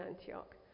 Antioch